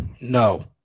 No